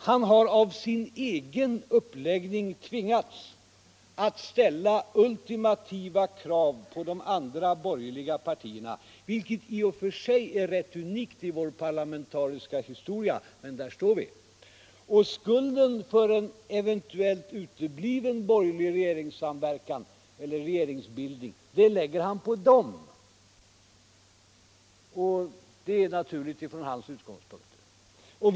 Han har av sin egen uppläggning tvingats att ställa ultimativa krav på de andra borgerliga partierna, vilket i och för sig är rätt unikt i vår parlamentariska historia. Men där står vi. Skulden för en eventuellt utebliven borgerlig regeringssamverkan eller regeringsbildning lägger han på dem. Det är naturligt utifrån hans utgångspunkter.